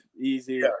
easy